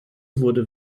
wurde